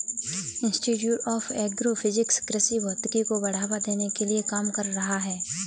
institute of agro physics कृषि भौतिकी को बढ़ावा देने के लिए काम कर रहा है